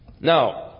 Now